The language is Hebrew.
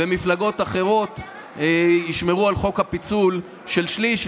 ומפלגות אחרות ישמרו על החוק הפיצול של שליש.